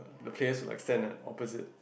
the players will like stand at opposite